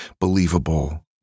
believable